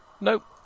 Nope